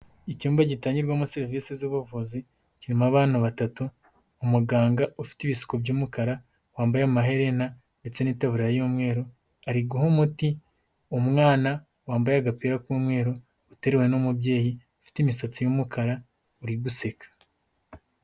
Icyumba gitangirwamo serivisi z'ubuvuzi, kirimo abantu batatu, umuganga ufite ibisuko by'umukara, wambaye amaherena ndetse n'itebura y'umweru, ari guha umuti umwana wambaye agapira k'umweru, uteruwe n'umubyeyi ufite imisatsi y'umukara uri guseka.